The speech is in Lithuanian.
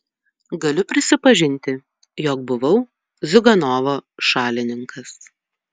galiu prisipažinti jog buvau ziuganovo šalininkas